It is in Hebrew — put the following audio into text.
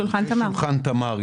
שולחן תמר.